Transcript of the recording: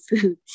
food